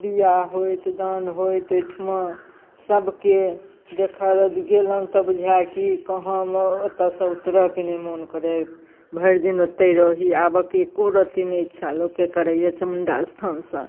बिआह होएत दान होएत ओहिठाम सबके देखलहुँ जे गेलहुँ तऽ बुझै कि कहाँमे ओतऽसँ उतरैके नहि मोन करै भरिदिन ओत्तहि रही आबऽके एको रत्ती नहि इच्छा लोकके करैए चामुण्डा अस्थानसँ